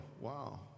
Wow